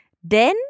Denn